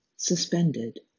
Suspended